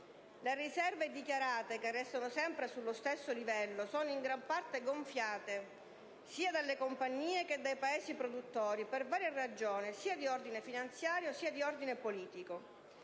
Le riserve dichiarate, che restano sempre sullo stesso livello, sono in gran parte gonfiate sia dalle compagnie che dai Paesi produttori, per varie ragioni sia di ordine finanziario sia di ordine politico.